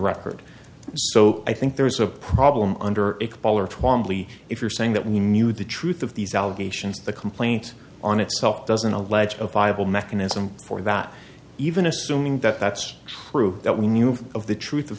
record so i think there is a problem under a collar twamley if you're saying that we knew the truth of these allegations the complaint on itself doesn't allege a viable mechanism for that even assuming that that's true that we knew of the truth of